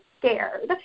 scared